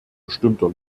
bestimmter